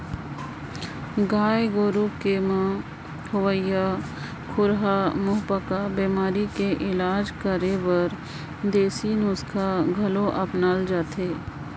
गाय गोरु के म होवइया खुरहा मुहंपका बेमारी के इलाज करे बर देसी नुक्सा घलो अपनाल जाथे